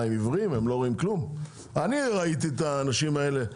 אני ראיתי את האנשים האלה.